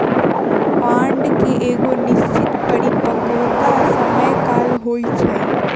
bond के एगो निश्चित परिपक्वता समय काल होइ छइ